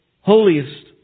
holiest